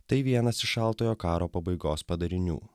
tai vienas iš šaltojo karo pabaigos padarinių